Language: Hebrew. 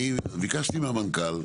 אני ביקשתי מהמנכ"ל,